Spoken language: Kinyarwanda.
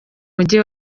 mujyi